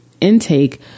intake